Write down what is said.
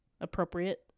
appropriate